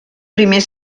primer